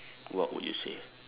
what would you say